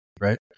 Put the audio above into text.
right